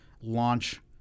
launch